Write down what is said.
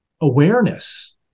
awareness